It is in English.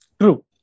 true